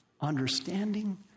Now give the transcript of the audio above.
understanding